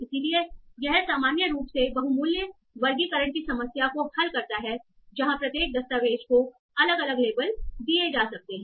इसलिए यह सामान्य रूप से बहु मूल्य वर्गीकरण की समस्या को हल करता है जहां प्रत्येक दस्तावेज़ को कई अलग अलग लेबल दिए जा सकते हैं